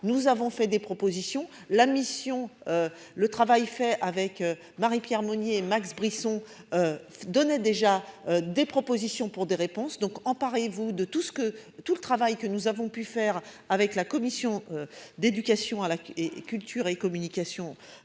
Nous avons fait des propositions. La mission. Le travail fait avec Marie-Pierre Monnier, Max Brisson. Donnait déjà des propositions pour des réponses donc emparez-vous de tout ce que tout le travail que nous avons pu faire avec la Commission d'éducation à la et et, culture et communication.